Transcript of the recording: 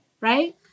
right